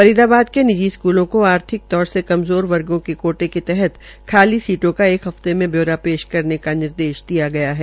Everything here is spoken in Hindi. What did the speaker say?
फरीदाबाद के निजी स्कूलों को आर्थिक तौर पर कमज़ोर वर्ग के कोटे के तहत खाली सीटों का एक हफ्ते में ब्यौरा पेश करने का निर्देश दिया गया है